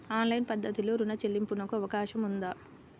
Online పద్ధతిలో రుణ చెల్లింపునకు అవకాశం ఉందా?